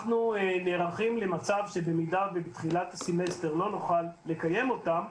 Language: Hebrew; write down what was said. אנחנו נערכים למצב שבמידה ובתחילת הסמסטר לא נוכל לקיים אותם,